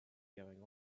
going